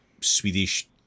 Swedish